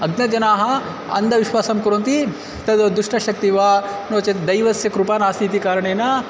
अग्नजनाः अन्धविश्वासं कुर्वन्ति तद् दुष्टशक्तिः वा नो चेत् दैवस्य कृपा नास्ति इति कारणेन